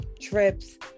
trips